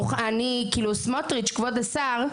סמוטריץ כבוד השר,